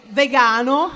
vegano